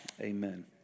amen